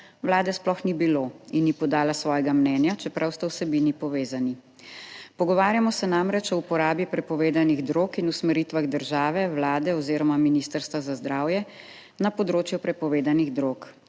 Vlade sploh ni bilo in ni podala svojega mnenja, čeprav sta o vsebini povezani. Pogovarjamo se namreč o uporabi prepovedanih drog in usmeritvah države, Vlade oziroma Ministrstva za zdravje, na področju prepovedanih drog,